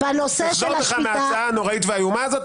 תחזור בך מההצעה הנוראית והאיומה הזאת,